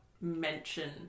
mention